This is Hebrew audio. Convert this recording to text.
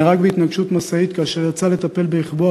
נהרג מפגיעת משאית כאשר יצא לטפל ברכבו